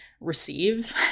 receive